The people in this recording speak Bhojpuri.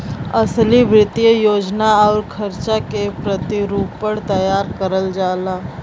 असली वित्तीय योजना आउर खर्चा के प्रतिरूपण तैयार करल जाला